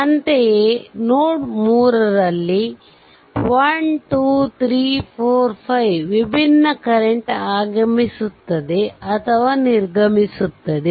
ಅಂತೆಯೇ ನೋಡ್ 3 ನಲ್ಲಿ 1 2 3 4 5 ವಿಬಿನ್ನ ಕರೆಂಟ್ ಆಗಮಿಸುತ್ತದೆ ಅಥವಾ ನಿರ್ಗಮಿಸುತ್ತವೆ